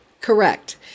Correct